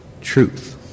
truth